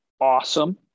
awesome